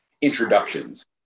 introductions